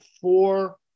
four